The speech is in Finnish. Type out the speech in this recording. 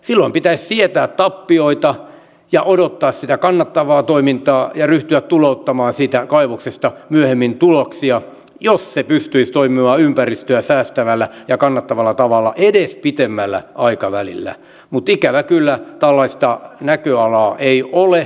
silloin pitäisi sietää tappioita ja odottaa sitä kannattavaa toimintaa ja ryhtyä tulouttamaan siitä kaivoksesta myöhemmin tuloksia jos se pystyisi toimimaan ympäristöä säästävällä ja kannattavalla tavalla edes pitemmällä aikavälillä mutta ikävä kyllä tällaista näköalaa ei ole